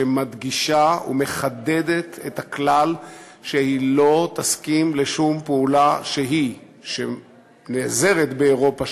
שמדגישה ומחדדת את הכלל שהיא לא תסכים לשום פעולה שהיא שנעזרת באירופה,